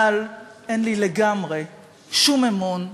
אבל אין לי לגמרי שום אמון,